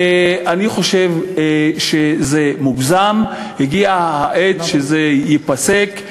אני חושב שזה מוגזם, הגיעה העת שזה ייפסק,